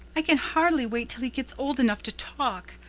i can hardly wait till he gets old enough to talk,